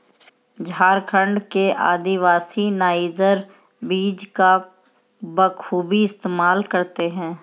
झारखंड के आदिवासी नाइजर बीज का बखूबी इस्तेमाल करते हैं